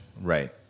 Right